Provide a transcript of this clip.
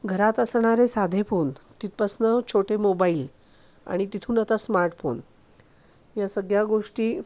घरात असणारे साधे फोन तिथपासून छोटे मोबाईल आणि तिथून आता स्मार्टफोन या सगळ्या गोष्टी